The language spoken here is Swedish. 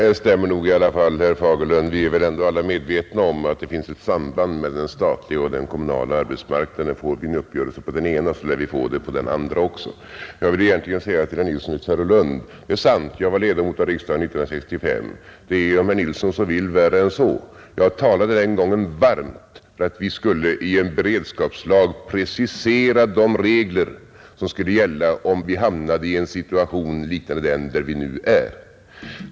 Det stämmer nog i alla fall, herr Fagerlund. Vi är väl ändå alla medvetna om att det finns ett samband mellan den statliga och den kommunala arbetsmarknaden. Får vi en uppgörelse på den ena, lär vi få det på den andra också. Jag vill säga till herr Nilsson i Tvärålund: Det är sant att jag var ledamot av riksdager 1965. Det är, om herr Nilsson så vill, värre än så. Jag talade den gången varmt för att vi skulle i en beredskapslag precisera de regler som skulle gälla om vi hamnade i en situation liknande den vi nu är i.